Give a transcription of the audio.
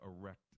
erect